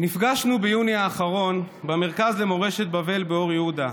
נפגשנו ביוני האחרון במרכז למורשת בבל באור יהודה,